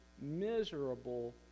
miserable